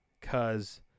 Cause